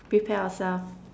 prepare ourselves